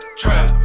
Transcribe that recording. trap